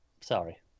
Sorry